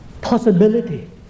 possibility